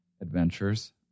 adventures